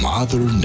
Mother